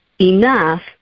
enough